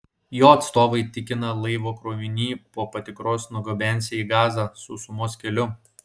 jo atstovai tikina laivo krovinį po patikros nugabensią į gazą sausumos keliu